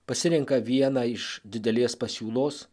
pasirenka vieną iš didelės pasiūlos